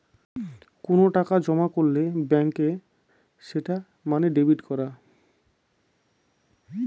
কোনো টাকা জমা করলে ব্যাঙ্কে সেটা মানে ডেবিট করা